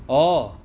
oh